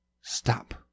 Stop